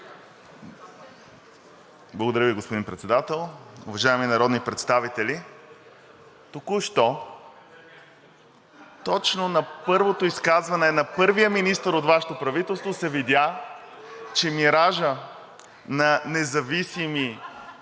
Благодаря Ви, господин Председател. Уважаеми народни представители, току-що точно на първото изказване на първия министър от Вашето правителство се видя, че миражът на независими